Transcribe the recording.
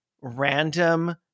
random